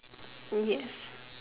yes